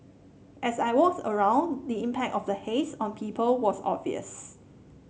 as I walked around the impact of the haze on people was obvious